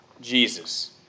Jesus